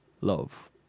love